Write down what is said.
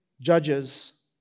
judges